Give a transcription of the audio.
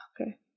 Okay